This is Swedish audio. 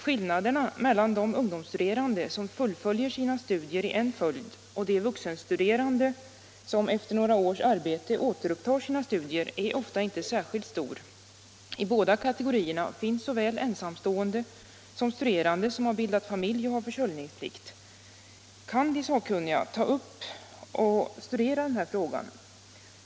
Skillnaden mellan de ungdomsstuderande som fullföljer sina studier i en följd och de vuxenstuderande som efter några års arbete återupptar sina studier är ofta inte särskilt stor. I båda kategorierna finns såväl ensamstående som studerande som bildat familj och har försörjningsplikt. Kan de sakkunniga ta upp och studera den här frågan?